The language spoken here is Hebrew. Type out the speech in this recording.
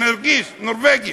שנרגיש נורבגים,